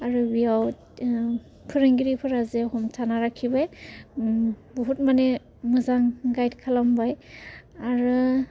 आरो बेयाव फोरोंगिरिफोरा जे हमथाना लाखिबाय बुहुत माने मोजां गाइड खालामबाय आरो